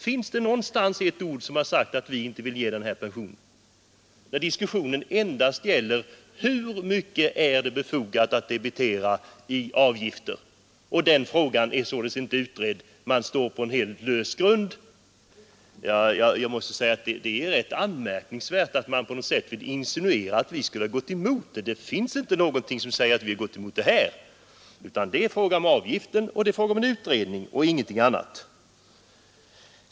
Har vi någonstans sagt att vi inte vill ge denna pension? Diskussionen gäller endast hur mycket som är befogat att debitera i avgifter. Den frågan är således inte utredd, utan man står på helt lös grund. Jag måste säga att det är rätt anmärkningsvärt att man vill insinuera att vi skulle ha gått emot förslaget. Det finns ingenting som säger det. Det är fråga om avgiften och det är fråga om en utredning men ingenting annat.